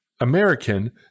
American